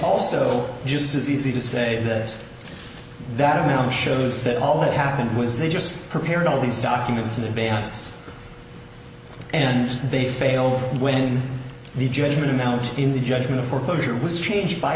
also just as easy to say that that amount shows that all that happened was they just prepared all these documents in advance and they failed and when the judgment amount in the judgment of foreclosure was changed by